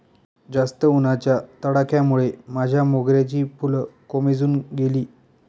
जास्त उन्हाच्या तडाख्यामुळे माझ्या मोगऱ्याची फुलं कोमेजून गेली